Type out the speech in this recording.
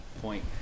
point